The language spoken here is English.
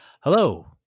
Hello